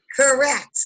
Correct